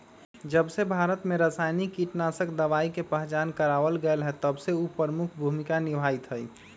जबसे भारत में रसायनिक कीटनाशक दवाई के पहचान करावल गएल है तबसे उ प्रमुख भूमिका निभाई थई